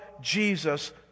Jesus